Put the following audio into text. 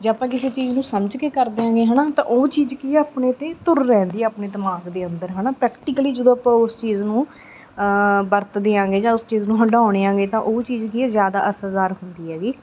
ਜੇ ਆਪਾਂ ਕਿਸੇ ਚੀਜ਼ ਨੂੰ ਸਮਝ ਕੇ ਕਰਦੇ ਹੈਗੇ ਹੈ ਨਾ ਤਾਂ ਉਹ ਚੀਜ਼ ਕੀ ਆ ਆਪਣੇ 'ਤੇ ਧੁਰ ਰਹਿੰਦੀ ਆਪਣੇ ਦਿਮਾਗ ਦੇ ਅੰਦਰ ਹੈ ਨਾ ਪ੍ਰੈਕਟੀਕਲੀ ਜਦੋਂ ਆਪਾਂ ਉਸ ਚੀਜ਼ ਨੂੰ ਵਰਤ ਦਿਆਂਗੇ ਜਾਂ ਉਸ ਚੀਜ਼ ਨੂੰ ਹੰਡਾਉਣੇ ਹੈਗੇ ਤਾਂ ਉਹ ਚੀਜ਼ ਕੀ ਹੈ ਜ਼ਿਆਦਾ ਅਸਰਦਾਰ ਹੁੰਦੀ ਹੈਗੀ